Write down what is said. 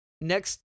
next